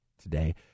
today